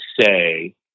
say